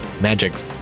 Magic